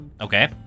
Okay